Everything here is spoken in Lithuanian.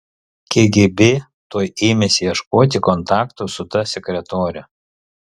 kgb tuoj ėmėsi ieškoti kontaktų su ta sekretore